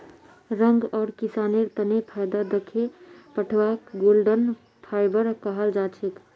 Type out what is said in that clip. रंग आर किसानेर तने फायदा दखे पटवाक गोल्डन फाइवर कहाल जाछेक